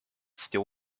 still